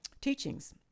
teachings